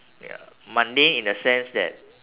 ya mundane in the sense that